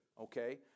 Okay